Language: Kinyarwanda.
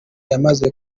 yamaze